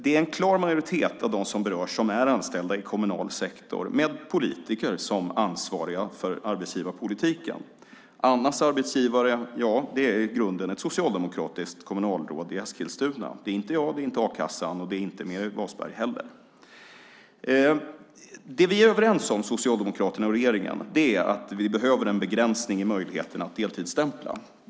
En klar majoritet av dem som berörs är anställda i kommunal sektor med politiker som ansvariga för arbetsgivarpolitiken. Annas arbetsgivare är i grunden ett socialdemokratiskt kommunalråd i Eskilstuna - det är inte jag, inte a-kassan och inte Meeri Wasberg heller. Det socialdemokraterna och vi i regeringen är överens om är att det behövs en begränsning i möjligheten att deltidsstämpla.